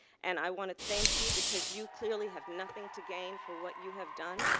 and, i want to thank you because you clearly have nothing to gain for what you have done.